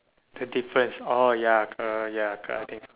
the difference oh ya got ya got I think